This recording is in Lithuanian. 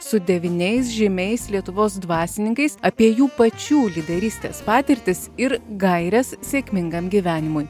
su devyniais žymiais lietuvos dvasininkais apie jų pačių lyderystės patirtis ir gaires sėkmingam gyvenimui